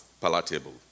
palatable